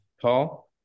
Paul